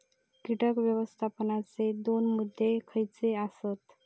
कीटक व्यवस्थापनाचे दोन मुद्दे खयचे आसत?